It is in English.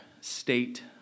state